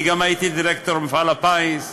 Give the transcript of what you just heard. אני גם הייתי דירקטור במפעל הפיס,